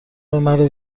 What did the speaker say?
مرا